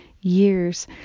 years